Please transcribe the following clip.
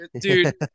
dude